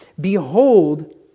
behold